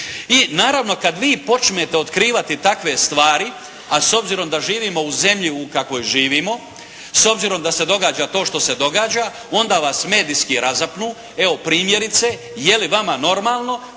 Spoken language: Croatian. I naravno, kad vi počnete otkrivati takve stvari a s obzirom da živimo u zemlji u kakvoj živimo, s obzirom da se događa to što se događa onda vas medijski razapnu. Evo primjerice, je li vama normalno